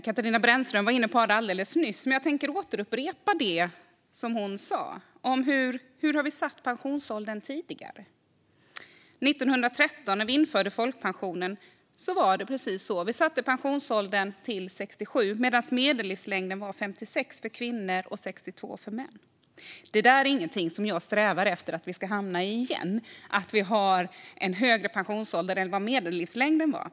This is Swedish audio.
Katarina Brännström var inne på det alldeles nyss, men jag ska upprepa det hon sa om hur vi tidigare har satt pensionsåldern. År 1913, när vi införde folkpensionen, satte vi pensionsåldern till 67, medan medellivslängden var 56 för kvinnor och 62 för män. Jag strävar inte efter att vi igen ska hamna i att ha en högre pensionsålder än medellivslängden.